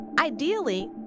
Ideally